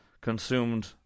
consumed